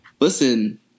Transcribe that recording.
listen